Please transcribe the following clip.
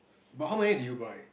but how many did you buy